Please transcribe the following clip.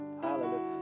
Hallelujah